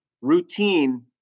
Routine